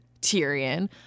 Tyrion